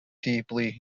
deeply